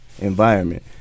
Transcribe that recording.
environment